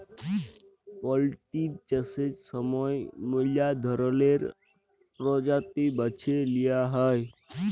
poultry চাষের সময় ম্যালা ধরলের পরজাতি বাছে লিঁয়া হ্যয়